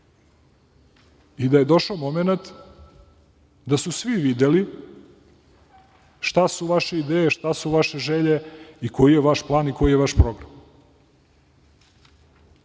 i da je došao momenat da su svi videli šta su vaše ideje, šta su vaše želje i koji je vaš plan i koji je vaš program. Draga